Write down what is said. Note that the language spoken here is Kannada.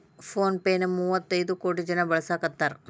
ಫೋನ್ ಪೆ ನ ಮುವ್ವತೈದ್ ಕೋಟಿ ಜನ ಬಳಸಾಕತಾರ